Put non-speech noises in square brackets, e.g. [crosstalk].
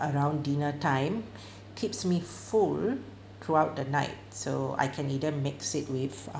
around dinner time [breath] keeps me full throughout the night so I can either mix it with